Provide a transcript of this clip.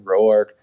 Roark